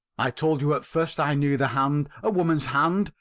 i told you at first i knew the hand. a woman's hand?